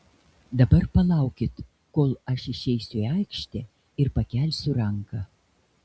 dabar palaukit kol aš išeisiu į aikštę ir pakelsiu ranką